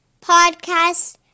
podcast